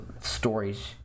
stories